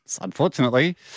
Unfortunately